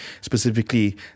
specifically